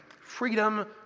freedom